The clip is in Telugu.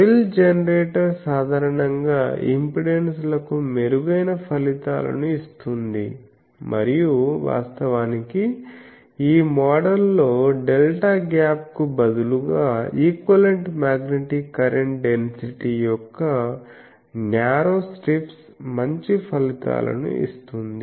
ఫ్రిల్ జెనరేటర్ సాధారణంగా ఇంపెడెన్స్లకు మెరుగైన ఫలితాలను ఇస్తుంది మరియు వాస్తవానికి ఈ మోడల్లో డెల్టా గ్యాప్కు బదులుగా ఈక్వివలెంట్ మ్యాగ్నెటిక్ కరెంట్ డెన్సిటీ యొక్క న్యారో స్ట్రిప్స్ మంచి ఫలితాలను ఇస్తుంది